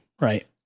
right